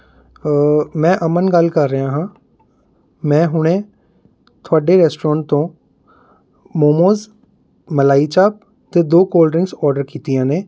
ਮੈਂ ਅਮਨ ਗੱਲ ਕਰ ਰਿਹਾ ਹਾਂ ਮੈਂ ਹੁਣ ਹੀ ਤੁਹਾਡੇ ਰੈਸਟੋਰੈਂਟ ਤੋਂ ਮੋਮੋਜ਼ ਮਲਾਈ ਚਾਪ ਅਤੇ ਦੋ ਕੋਲਡ੍ਰਿੰਕਸ ਆਰਡਰ ਕੀਤੀਆਂ ਨੇ